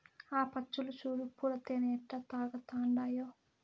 ఆ పచ్చులు చూడు పూల తేనె ఎట్టా తాగతండాయో